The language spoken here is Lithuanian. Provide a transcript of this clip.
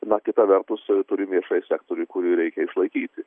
na kita vertus turim viešąjį sektorių kurį reikia išlaikyti